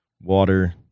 water